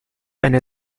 eine